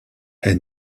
est